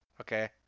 Okay